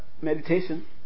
meditation